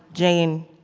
jane,